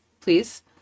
please